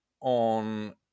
on